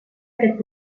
aquest